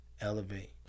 elevate